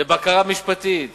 לבקרה משפטית